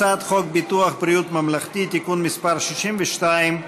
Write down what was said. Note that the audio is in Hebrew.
הצעת חוק ביטוח בריאות ממלכתי (תיקון מס' 62),